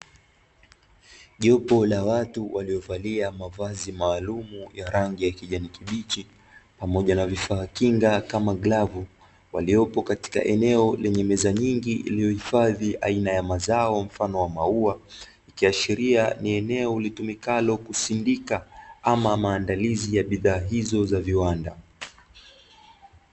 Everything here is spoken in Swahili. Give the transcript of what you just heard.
Jopo la watu waliovalia mavazi maalumu ya rangi ya kijani kibichi, pamoja na vifaa kinga kama glavu, waliopo katika eneo lenye meza nyingi, lililohifadhi aina ya mazao mfano wa maua, ikiashiria ni eneo litumikalo kusindika, ama maandalizi ya bidhaa hizo za viwanda.